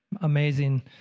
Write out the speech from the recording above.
Amazing